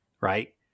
right